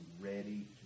ready